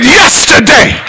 yesterday